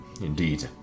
Indeed